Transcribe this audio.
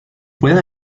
puede